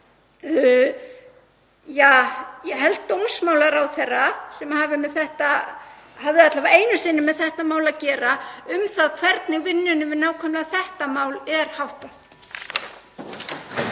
til dómsmálaráðherra, sem hafði alla vega einu sinni með þetta mál að gera, um það hvernig vinnunni við nákvæmlega þetta mál er háttað?